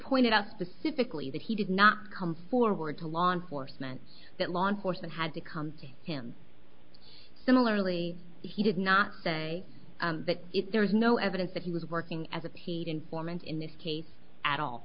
pointed out specifically that he did not come forward to law enforcement that law enforcement had to come see him similarly he did not say that if there is no evidence that he was working as a paid informant in this case at all